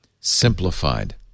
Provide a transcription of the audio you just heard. simplified